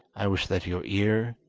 i wish that your ear,